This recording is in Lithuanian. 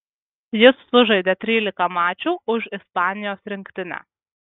jis sužaidė trylika mačų už ispanijos rinktinę